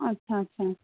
अच्छा अच्छा